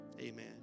Amen